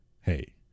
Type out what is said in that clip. Hey